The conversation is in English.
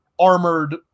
armored